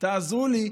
תעזרו לי,